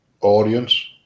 audience